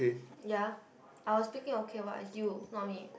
ya I was speaking okay what its you not me